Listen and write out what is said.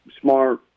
smart